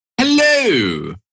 Hello